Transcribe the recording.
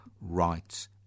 rights